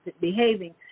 behaving